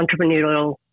entrepreneurial